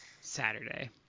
Saturday